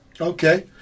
Okay